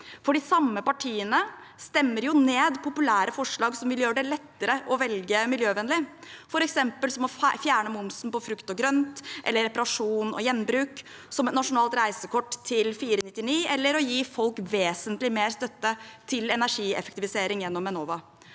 De samme partiene stemmer jo ned populære forslag som vil gjøre det lettere å velge miljøvennlig, som f.eks. å fjerne momsen på frukt og grønt eller reparasjon og gjenbruk, et nasjonalt reisekort til 499 kr eller å gi folk vesentlig mer støtte til energieffektivisering gjennom Enova.